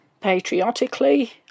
Patriotically